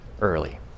early